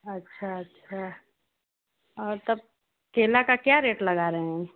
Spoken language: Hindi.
अच्छा अच्छा और तब केले का क्या रेट लगा रहे हैं